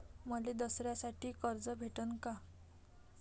मले दसऱ्यासाठी कर्ज भेटन का?